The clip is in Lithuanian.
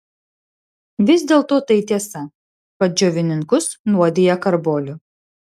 vis dėlto tai tiesa kad džiovininkus nuodija karboliu